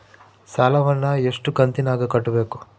ಸಾಲವನ್ನ ಎಷ್ಟು ಕಂತಿನಾಗ ಕಟ್ಟಬೇಕು?